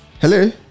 hello